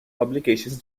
publications